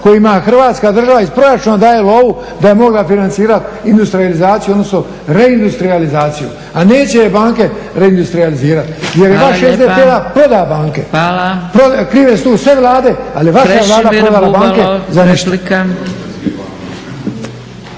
kojima Hrvatska država iz proračuna daje lovu da bi mogla financirati industrijalizaciju odnosno reindustrijalizaciju. A neće je banke reindustrijalizirati jer je vaš SDP prodao banke. Krive su sve vlade, ali vaša je Vlada prodala banke za ništa.